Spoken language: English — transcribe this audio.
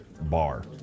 bar